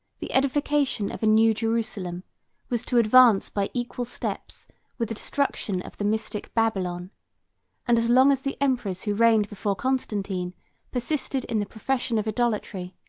the edification of a new jerusalem was to advance by equal steps with the destruction of the mystic babylon and as long as the emperors who reigned before constantine persisted in the profession of idolatry,